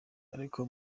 ariko